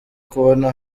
kubona